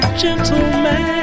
gentleman